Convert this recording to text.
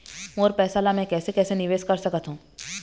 मोर पैसा ला मैं कैसे कैसे निवेश कर सकत हो?